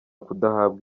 kudahabwa